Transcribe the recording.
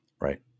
right